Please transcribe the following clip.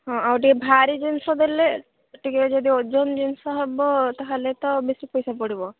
ହଁ ଆଉ ଟିକିଏ ଭାରି ଜିନିଷ ଦେଲେ ଟିକିଏ ଯଦି ଓଜନ ଜିନିଷ ହେବ ତା'ହେଲେ ତ ବେଶୀ ପଇସା ପଡ଼ିବ